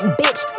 bitch